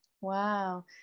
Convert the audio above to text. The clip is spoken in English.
Wow